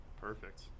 Perfect